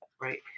right